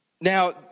Now